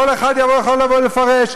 כל אחד יכול לבוא ולפרש.